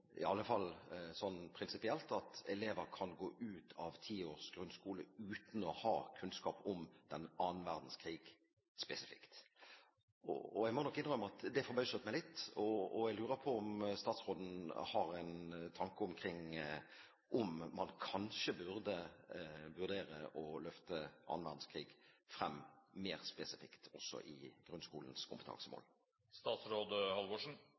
i alle fall prinsipielt – at elever kan gå ut av ti års grunnskole uten å ha kunnskap om annen verdenskrig spesifikt. Jeg må nok innrømme at det forbauset meg litt, og jeg lurer på om statsråden har en tanke omkring dette, om man kanskje burde vurdere å løfte annen verdenskrig frem mer spesifikt også i grunnskolens